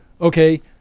okay